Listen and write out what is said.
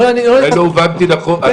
אולי לא הובנתי נכון,